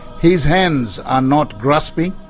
his hands are not grasping,